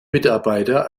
mitarbeiter